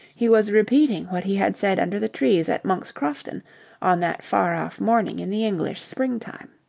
he was repeating what he had said under the trees at monk's crofton on that far-off morning in the english springtime.